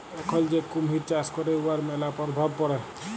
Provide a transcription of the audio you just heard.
এখল যে কুমহির চাষ ক্যরে উয়ার ম্যালা পরভাব পড়ে